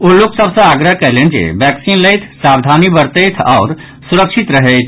ओ लोक सभ सॅ आग्रह कयलनि जे बैक्सीन लैथ सावधानी बरतैथ आओर सुरक्षित रहैथ